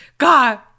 God